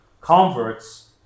converts